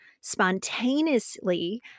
spontaneously